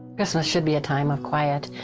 christmas should be a time of quiet,